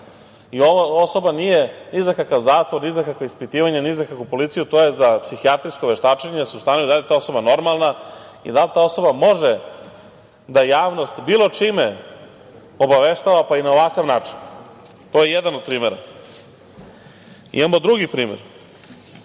osoba nije ni za kakav zakon, ni za kakva ispitivanja, ni za kakvu policiju, to je za psihijatrijsko veštačenje, da se ustanovi da li je ta osoba normalna i da li ta osoba može da javnost bilo čime obaveštava, pa i na ovakav način. To je jedan od primera. Imamo drugi primer,